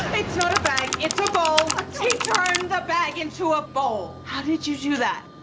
it's not a bag! it's a bowl! he turned the bag into a bowl! how did you do that?